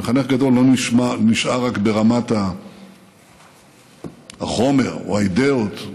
מחנך גדול לא נשאר רק ברמת החומר או האידיאות,